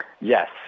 Yes